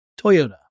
Toyota